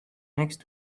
next